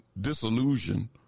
disillusion